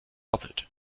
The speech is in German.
doppelt